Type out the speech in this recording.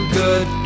good